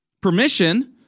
permission